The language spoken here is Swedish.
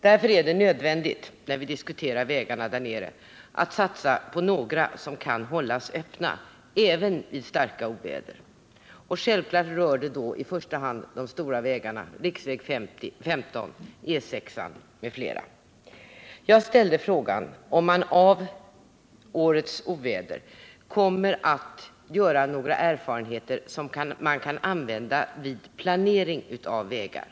Därför är det, när vi diskuterar vägarna där nere, nödvändigt att satsa på några som kan hållas öppna även vid starka oväder. Självklart rör det i första hand de stora vägarna, riksväg 15, E 6 m.fl. Jag ställde frågan om man av årets oväder kommer att göra några erfarenheter som man kan använda vid planering av vägar.